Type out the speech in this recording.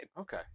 okay